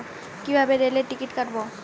কিভাবে রেলের টিকিট কাটব?